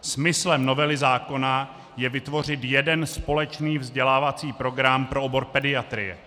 Smyslem novely zákona je vytvořit jeden společný vzdělávací program pro obor pediatrie.